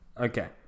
Okay